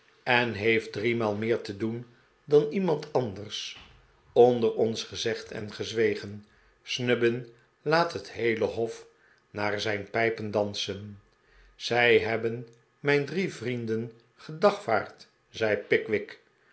en heeft driemaal meer te doen dan iemand anders onder ons gezegd en gezwegen snubbin laat het heele hof naar zijn pijpen dansen zij hebben mijn drie vrienden gedagvaard zei pickwick